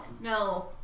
No